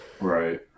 right